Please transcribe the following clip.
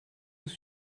loup